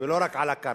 ולא רק על הקרקע.